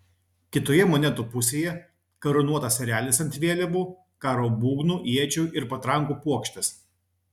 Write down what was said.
kitoje monetų pusėje karūnuotas erelis ant vėliavų karo būgnų iečių ir patrankų puokštės